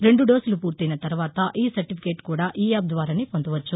రెండు డోసులు పూర్తయిన తర్వాత ఈ సర్టిఫికేట్ కూడా ఈ యాప్ ద్వారానే పొందవచ్చు